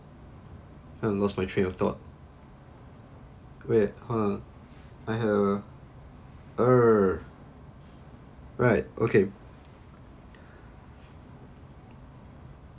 I lost my trail of thought wait hold on I err err err right okay